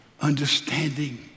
understanding